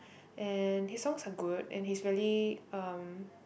and his songs are good and he's really um